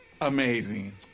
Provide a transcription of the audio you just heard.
amazing